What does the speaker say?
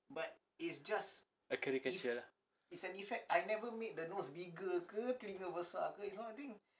a caricature lah